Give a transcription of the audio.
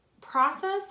process